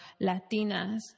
Latinas